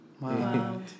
Wow